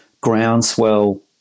groundswell